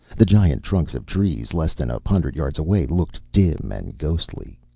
the giant trunks of trees less than a hundred yards away looked dim and ghostly.